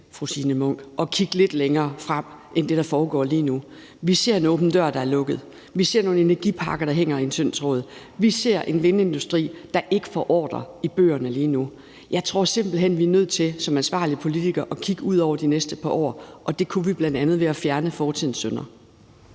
at kigge lidt længere frem end det, der foregår lige nu. Vi ser en åben dør, der er lukket. Vi ser nogle energiparker, der hænger i en tynd tråd. Vi ser en vindindustri, der ikke får ordrer i bøgerne lige nu. Jeg tror simpelt hen, at vi er nødt til som ansvarlige politikere at kigge ud over de næste par år, og det kunne vi bl.a. gøre ved at fjerne fortidens synder.